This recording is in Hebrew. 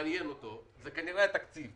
מה מעניין את הציבור זה כנראה התקציב.